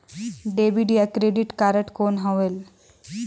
Debit या credit card कौन होएल?